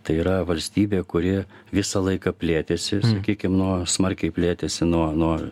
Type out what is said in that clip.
tai yra valstybė kuri visą laiką plėtėsi sakykim nuo smarkiai plėtėsi nuo nuo